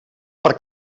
per